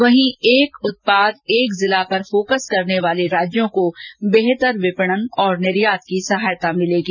वहीं एक उत्पाद एक जिला पर फोकस करने वाले राज्यों को बेहतर विपणन और निर्यात की सहायता मिलेगी